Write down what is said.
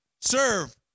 serve